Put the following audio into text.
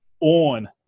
on